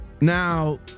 now